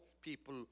people